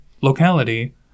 locality